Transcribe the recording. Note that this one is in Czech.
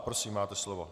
Prosím, máte slovo.